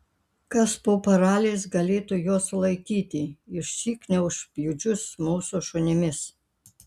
kas po paraliais galėtų juos sulaikyti išsyk neužpjudžius mūsų šunimis